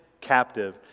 captive